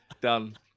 Done